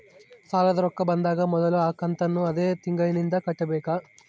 ಸಾಲದ ರೊಕ್ಕ ಬಂದಾಗ ಮೊದಲ ಕಂತನ್ನು ಅದೇ ತಿಂಗಳಿಂದ ಕಟ್ಟಬೇಕಾ?